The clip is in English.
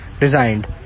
resigned